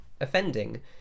offending